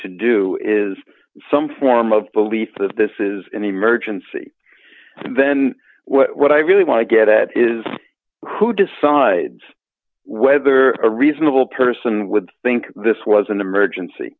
to do is some form of belief that this is an emergency then what i really want to get it is who decides whether a reasonable person would think this was an emergency